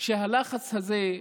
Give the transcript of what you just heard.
שהלחץ הזה,